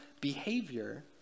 behavior